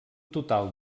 total